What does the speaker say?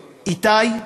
לאיתי.